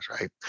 right